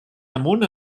amunt